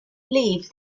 leave